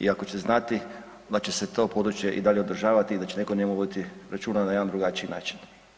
i ako će znati da će se to područje i dalje održavati i da će neko o njemu voditi računa na jedan drugačiji način.